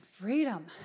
freedom